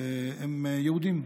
הם יהודים,